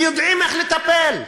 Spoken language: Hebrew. ויודעים איך לטפל.